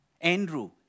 Andrew